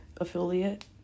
affiliate